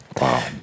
Wow